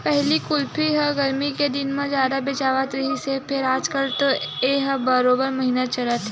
पहिली कुल्फी ह गरमी के दिन म जादा बेचावत रिहिस हे फेर आजकाल ए ह बारो महिना चलत हे